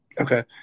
Okay